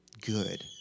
Good